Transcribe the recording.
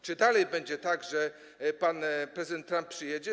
Czy dalej będzie tak, że pan prezydent Trump przyjedzie.